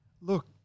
look